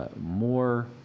More